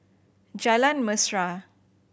Jalan Mesra